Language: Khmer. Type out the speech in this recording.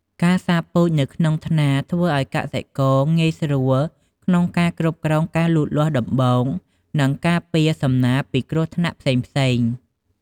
ការសាបពូជនៅក្នុងថ្នាលធ្វើឱ្យកសិករងាយស្រួលក្នុងការគ្រប់គ្រងការលូតលាស់ដំបូង និងការពារសំណាបពីគ្រោះថ្នាក់ផ្សេងៗ។